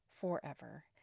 forever